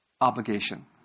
obligation